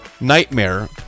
nightmare